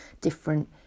different